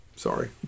Sorry